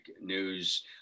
news